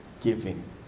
giving